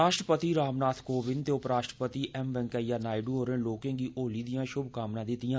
राश्ट्रपति रामनाथ कोविंद ते उपराश्ट्रपति एम वैंकया नायडू होरें लोकें गी होली दियां शुभकामनां दित्तियां